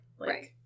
Right